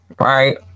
right